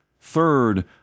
Third